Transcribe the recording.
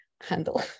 handle